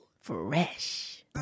fresh